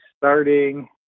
starting